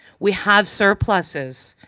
we have surpluses.